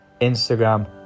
Instagram